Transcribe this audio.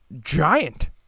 giant